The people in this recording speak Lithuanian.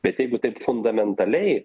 bet jeigu taip fundamentaliai